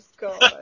God